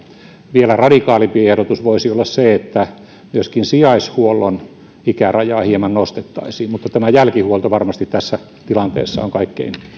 vielä radikaalimpi ehdotus voisi olla se että myöskin sijaishuollon ikärajaa hieman nostettaisiin mutta jälkihuolto varmasti tässä tilanteessa on kaikkein